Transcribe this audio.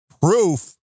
proof